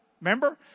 Remember